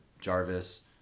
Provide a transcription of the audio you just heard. Jarvis